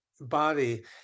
body